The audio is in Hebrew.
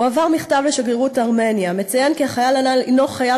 הועבר מכתב לשגרירות ארמניה המציין כי החייל הנ"ל הנו חייל